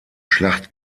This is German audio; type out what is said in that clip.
schlacht